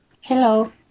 Hello